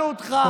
שמענו אותך,